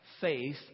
faith